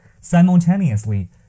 Simultaneously